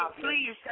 please